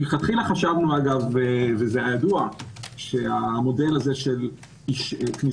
מלכתחילה חשבנו שהמודל הזה של כניסה